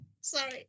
sorry